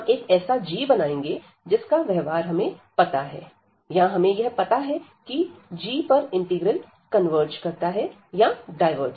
हम एक ऐसा g बनाएंगे जिसका व्यवहार हमें पता है या हमें यह पता है की g पर इंटीग्रल कन्वर्ज करता है या डायवर्ज